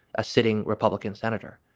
a sitting republican senator.